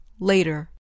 later